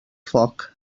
foc